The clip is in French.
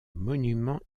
monuments